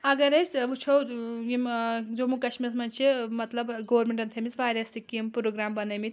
اگر أسۍ ٲں وُچھو ٲں یِم ٲں جموں کشمیٖرَس منٛز چھِ ٲں مطلب گورمِنٹَن تھٲیمژٕ واریاہ سِکیٖم پرٛوگرٛام بَنٲیمِتۍ